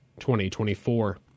2024